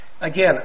Again